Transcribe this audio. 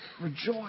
Rejoice